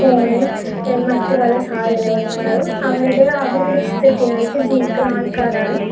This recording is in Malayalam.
ഫോണ് മറ്റു പല സാധനങ്ങളും അവരുടെ അവരുടെ ഇഷ്ട്ടത്തിനായിട്ട് ജീവിക്കുന്ന ആൾക്കാരാണ്